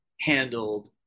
handled